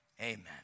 Amen